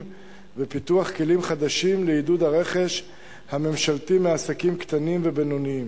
ופיתוח כלים חדשים לעידוד הרכש הממשלתי מעסקים קטנים ובינוניים,